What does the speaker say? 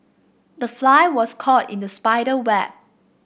the fly was caught in the spider web